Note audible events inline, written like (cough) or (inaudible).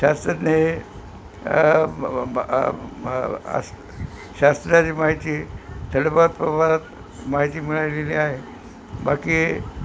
शास्त्रज्ञ हे शास्त्राची माहिती (unintelligible) माहिती मिळालेली आहे बाकी